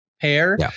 pair